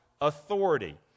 authority